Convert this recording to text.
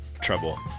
trouble